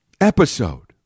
episode